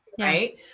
right